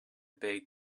big